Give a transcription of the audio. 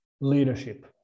leadership